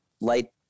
light